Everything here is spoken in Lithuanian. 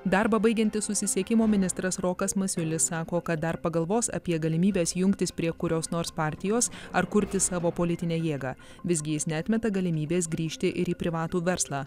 darbą baigiantis susisiekimo ministras rokas masiulis sako kad dar pagalvos apie galimybes jungtis prie kurios nors partijos ar kurti savo politinę jėgą visgi jis neatmeta galimybės grįžti ir į privatų verslą